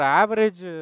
average